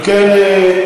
אם כן,